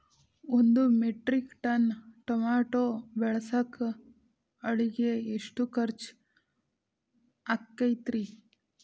ಒಂದು metric ton tomato ಬೆಳಸಾಕ್ ಆಳಿಗೆ ಎಷ್ಟು ಖರ್ಚ್ ಆಕ್ಕೇತ್ರಿ?